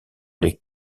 les